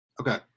Okay